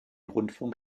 rundfunk